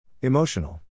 Emotional